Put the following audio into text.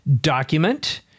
document